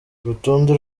urutonde